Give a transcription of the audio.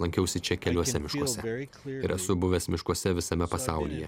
lankiausi čia keliuose miškuose ir esu buvęs miškuose visame pasaulyje